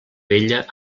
vella